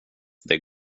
det